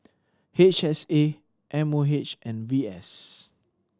H S A M O H and V S